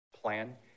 plan